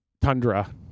tundra